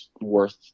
worth